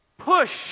Push